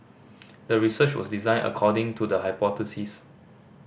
the research was designed according to the hypothesis